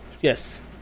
yes